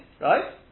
right